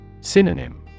Synonym